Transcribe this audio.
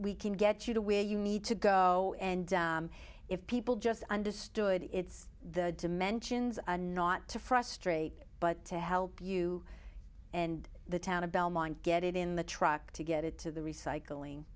we can get you to where you need to go and if people just understood it's the dimensions are not to frustrate but to help you and the town of belmont get it in the truck to get it to the recycling